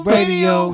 Radio